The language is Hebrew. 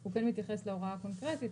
והוא כן מתייחס להוראה הקונקרטית.